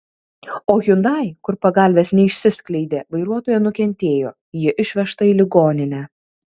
o hyundai kur pagalvės neišsiskleidė vairuotoja nukentėjo ji išvežta į ligoninę